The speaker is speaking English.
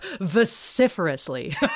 vociferously